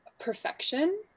perfection